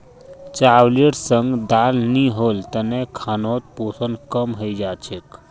चावलेर संग दाल नी होल तने खानोत पोषण कम हई जा छेक